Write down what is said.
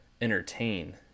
entertain